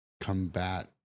combat